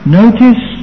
notice